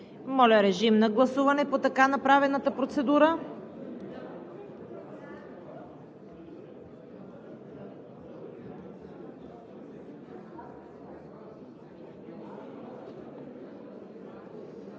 Моля, режим на гласуване по така направената процедура.